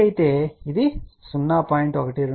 12"పొడవు